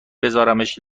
بذارمش